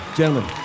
gentlemen